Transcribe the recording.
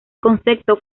concepto